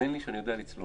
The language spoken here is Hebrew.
האמן לי שאני יודע לצלול.